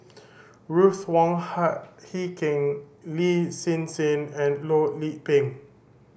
Ruth Wong Hie King Lin Hsin Hsin and Loh Lik Peng